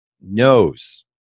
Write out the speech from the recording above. knows